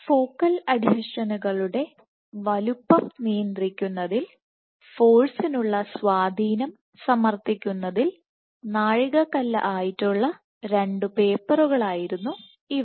focal അഡ്ഹീഷനുകളുടെ വലുപ്പം നിയന്ത്രിക്കുന്നതിൽ ഫോഴ്സിനുള്ള സ്വാധീനം സമർത്ഥിക്കുന്നതിൽ നാഴികക്കല്ല് ആയിട്ടുള്ള 2 പേപ്പറുകളായിരുന്നു ഇവ